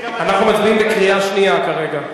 אנחנו מצביעים בקריאה שנייה כרגע.